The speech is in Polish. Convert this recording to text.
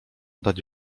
dać